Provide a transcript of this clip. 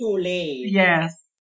Yes